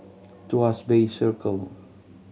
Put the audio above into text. Tuas Bay Circle